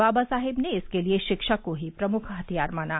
बाबा साहेब ने इसके लिये शिक्षा को ही प्रमुख हथियार माना